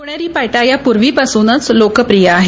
पुणेरी पाट्या या पूर्वी पासूनच लोकप्रिय आहेत